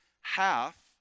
half